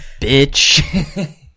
bitch